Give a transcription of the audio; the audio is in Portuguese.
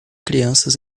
crianças